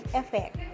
effect